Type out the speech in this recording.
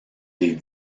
des